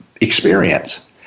experience